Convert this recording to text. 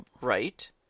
Right